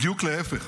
בדיוק להפך,